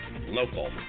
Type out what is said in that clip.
local